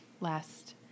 last